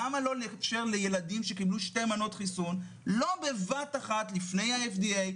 למה לא לאפשר לילדים שקיבלו שתי מנות חיסון לא בבת אחת לפני ה-FDA,